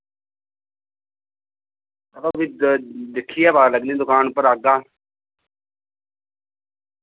हां ते ओ फ्ही दिक्खियै पता लग्गनी दुकान उप्पर आग तां